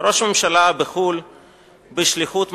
ראש הממשלה בחוץ-לארץ בשליחות מדינית,